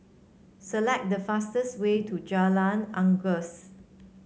select the fastest way to Jalan Unggas